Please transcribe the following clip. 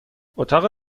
اتاق